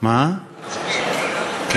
אוקיי,